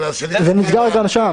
נחכה לזה?